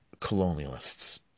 colonialists